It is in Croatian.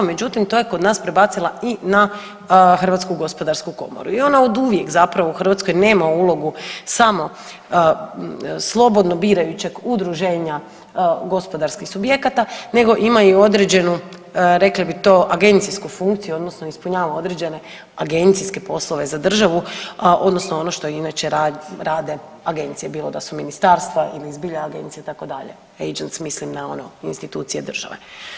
Međutim, to je kod nas prebacila i na Hrvatsku gospodarsku komoru i ona oduvijek zapravo u Hrvatskoj nema ulogu samo slobodno birajućeg udruženja gospodarskih subjekata, nego ima i određenu rekli bi to agencijsku funkciju odnosno ispunjava određene agencijske poslove za državu odnosno ono što inače rade agencije bilo da su ministarstva ili zbilja agencije itd. … [[ne razumije se]] mislim na one institucije države.